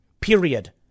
period